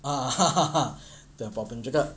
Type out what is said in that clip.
ah ha ha ha tu yang problem juga